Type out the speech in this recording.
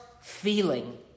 feeling